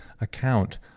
account